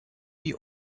die